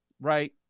right